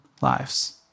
lives